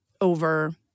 over